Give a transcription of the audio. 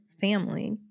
family